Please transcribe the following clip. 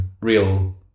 real